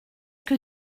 que